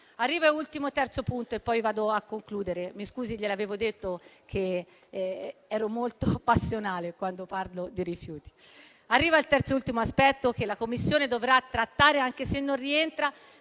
rifiuti. Il terzo e ultimo aspetto che la Commissione dovrà trattare, anche se non rientra